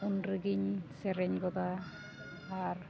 ᱩᱱ ᱨᱮᱜᱮᱧ ᱥᱮᱨᱮᱧ ᱜᱚᱫᱟ ᱟᱨ